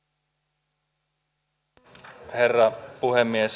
arvoisa herra puhemies